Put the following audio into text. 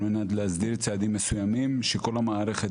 על מנת להסדיר צעדים מסוימים שכל המערכת